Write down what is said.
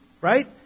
right